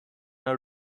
our